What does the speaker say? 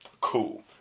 Cool